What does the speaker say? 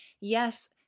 Yes